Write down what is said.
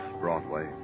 Broadway